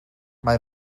mae